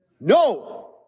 No